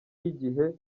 y’igihe